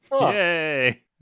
Yay